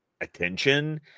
attention